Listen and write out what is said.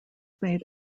made